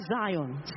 Zion